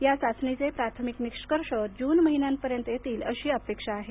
या चाचणीचे प्राथमिक निष्कर्ष जून महिन्यापर्यंत येतील अशी अपेक्षा आहे